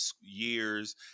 years